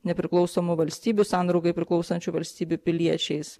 nepriklausomų valstybių sandraugai priklausančių valstybių piliečiais